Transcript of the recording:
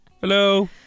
Hello